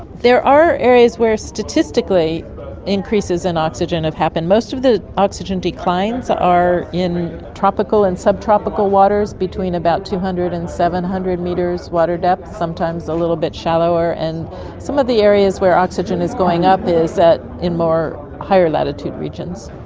there are areas where statistically increases in oxygen have happened. most of the oxygen declines are in tropical and subtropical waters between about two hundred and seven hundred metres water depth, sometimes a little bit shallower. and some of the areas where oxygen is going up is in more higher latitude regions.